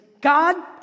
God